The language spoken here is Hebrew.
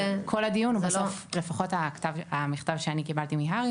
אבל כל הדיון הוא בסוף לפחות המכתב שאני קיבלתי מהר"י